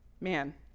Man